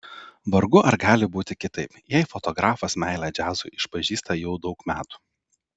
vargu ar gali būti kitaip jei fotografas meilę džiazui išpažįsta jau daug metų